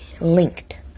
linked